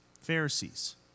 Pharisees